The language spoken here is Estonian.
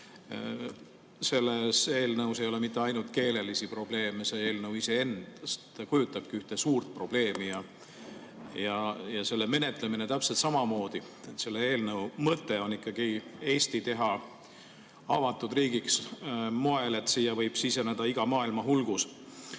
Selles eelnõus ei ole mitte ainult keelelisi probleeme, vaid see eelnõu iseendast kujutabki ühte suurt probleemi ja selle menetlemine täpselt samamoodi. Selle eelnõu mõte on ikkagi Eesti teha avatud riigiks moel, et siia võib siseneda iga maailmahulgus.